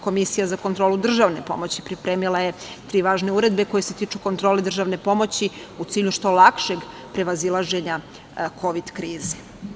Komisija za kontrolu državne pomoći pripremila je tri važne uredbe koje se tiču kontrole državne pomoći u cilju što lakšeg prevazilaženja Kovid krize.